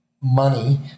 money